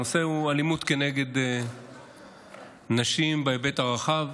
הנושא הוא אלימות כנגד נשים בהיבט הרחב,